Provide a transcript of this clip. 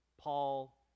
Paul